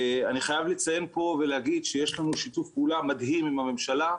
אני חייב לציין ולהגיד שיש לנו שיתוף פעולה מדהים עם הממשלה.